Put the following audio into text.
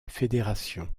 fédération